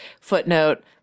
footnote